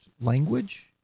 language